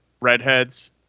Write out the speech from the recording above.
redheads